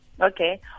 okay